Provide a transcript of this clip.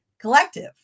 Collective